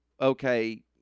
okay